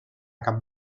cap